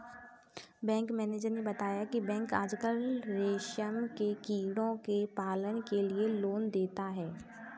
bank manager ने बताया की बैंक आजकल रेशम के कीड़ों के पालन के लिए लोन देता है